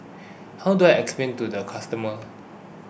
how do I explain to the customer